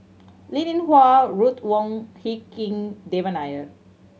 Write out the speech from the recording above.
Linn In Hua Ruth Wong Hie King Devan Nair